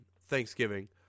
Thanksgiving